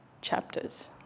chapters